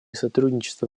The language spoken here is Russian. сотрудничества